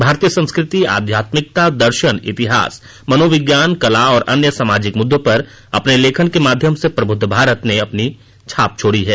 भारतीय संस्कृति आध्यात्मिकता दर्शन इतिहास मनोविज्ञान कला और अन्य सामाजिक मुद्दों पर अपने लेखन के माध्यम से प्रबुद्ध भारत ने अपनी छाप छोड़ी है